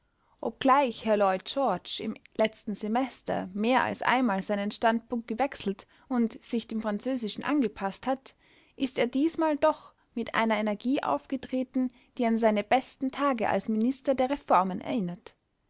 obgleich herr lloyd george im letzten semester mehr als einmal seinen standpunkt gewechselt und sich dem französischen angepaßt hat ist er diesmal doch mit einer energie aufgetreten die an seine besten tage als minister der reformen erinnert